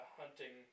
hunting